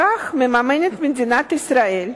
בכך מממנת מדינת ישראל,